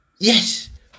Yes